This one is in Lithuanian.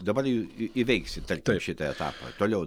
dabar į įveiksit tarkim šitą etapą toliau